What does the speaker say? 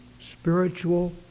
spiritual